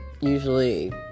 usually